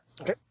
Okay